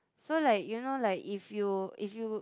so like you know like if you if you